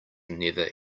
never